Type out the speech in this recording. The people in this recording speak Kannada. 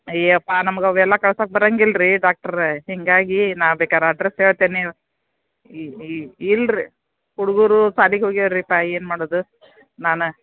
ಏ ಎಪ್ಪಾ ನಮ್ಗ ಅವೆಲ್ಲ ಕಳ್ಸಾಕ್ಕೆ ಬರಂಗಿಲ್ಲ ರೀ ಡಾಕ್ಟ್ರೆ ಹೀಗಾಗಿ ನಾ ಬೇಕಾರೆ ಅಡ್ರಸ್ ಹೇಳ್ತೀನಿ ಇಲ್ರಿ ಹುಡುಗರು ಸಾಲಿಗೆ ಹೋಗ್ಯಾರ ರೀ ಯಪ್ಪಾ ಏನು ಮಾಡೋದು ನಾನು